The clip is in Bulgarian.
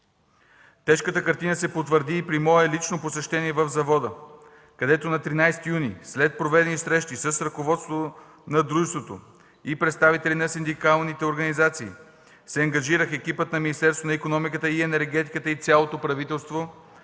Тежката картина се потвърди и при мое лично посещение в завода, където на 13 юни 2013 г. след проведени срещи с ръководството на дружеството и представители на синдикалните организации се ангажирах екипът на Министерството на икономиката и енергетиката и цялото правителство